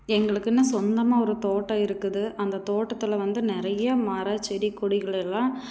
எங்களுக்குன்னு சொந்தமாக ஒரு தோட்டம் இருக்குது அந்த தோட்டத்தில் வந்து நிறைய மரம் செடி கொடிகளெல்லாம்